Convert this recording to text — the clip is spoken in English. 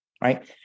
right